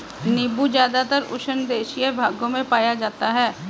नीबू ज़्यादातर उष्णदेशीय भागों में पाया जाता है